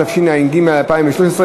התשע"ג 2013,